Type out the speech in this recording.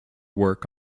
work